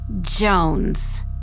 Jones